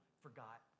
forgot